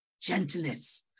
gentleness